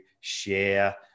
share